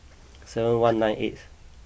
seven one nine eighth